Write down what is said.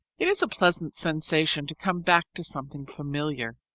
it is a pleasant sensation to come back to something familiar.